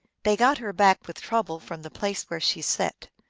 they got her back with trouble from the place where she sat.